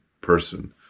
person